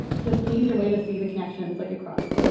just an easier way to see the connections like across